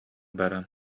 баран